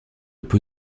peu